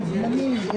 11:38.